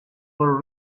were